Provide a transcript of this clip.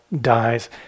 dies